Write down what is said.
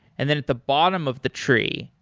and then at the bottom of the tree,